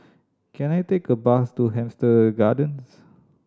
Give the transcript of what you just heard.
can I take a bus to Hampstead Gardens